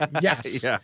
Yes